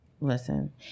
Listen